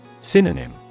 Synonym